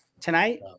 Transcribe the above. tonight